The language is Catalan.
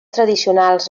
tradicionals